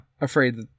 ...afraid